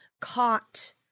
Caught